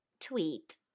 tweet